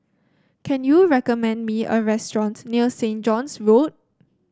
can you recommend me a restaurant near Saint John's Road